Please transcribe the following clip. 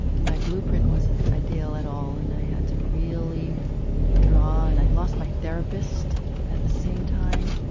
my blueprint wasn't ideal at all and i had to really draw and i lost my therapist at the same time.